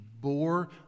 bore